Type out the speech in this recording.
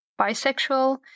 bisexual